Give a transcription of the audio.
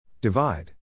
Divide